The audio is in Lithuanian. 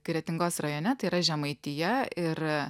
kretingos rajone tai yra žemaitija ir